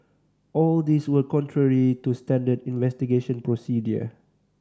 all these were contrary to standard investigation procedure